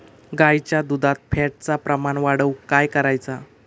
गाईच्या दुधात फॅटचा प्रमाण वाढवुक काय करायचा?